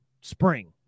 spring